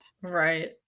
Right